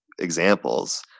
examples